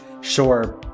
sure